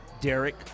Derek